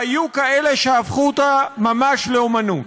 והיו כאלה שהפכו אותה ממש לאמנות.